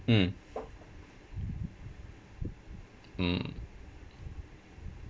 mm mm